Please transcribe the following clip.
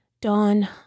Dawn